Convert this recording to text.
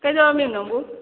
ꯀꯩꯗꯧꯔꯝꯃꯤꯅꯣ ꯅꯪꯕꯨ